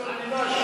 שיתחננו.